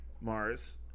Mars